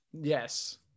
yes